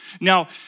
Now